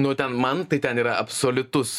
nu ten man tai ten yra absoliutus